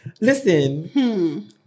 Listen